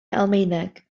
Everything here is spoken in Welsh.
almaeneg